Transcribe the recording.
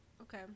Okay